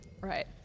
Right